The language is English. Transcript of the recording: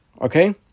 Okay